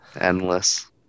endless